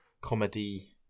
comedy